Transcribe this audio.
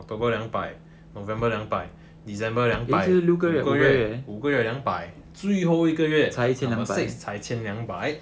october 两白 november 两白 december 两白五个月两百最后一个月才一千两百